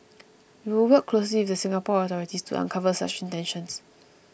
we will work closely with the Singapore authorities to uncover such intentions